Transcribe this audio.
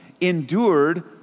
endured